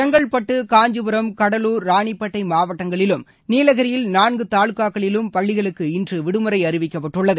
செங்கல்பட்டு காஞ்சிபுரம் கடலூர் ராணிப்பேட்டை மாவட்டங்களிலும் நீலகிரியில் நான்கு தாலுக்காக்களிலும் பள்ளிகளுக்கு இன்று விடுமுறை அறிவிக்கப்பட்டுள்ளது